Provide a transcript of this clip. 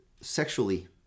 Sexually